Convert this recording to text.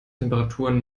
temperaturen